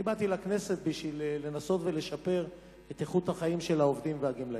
באתי לכנסת בשביל לנסות לשפר את איכות החיים של העובדים והגמלאים.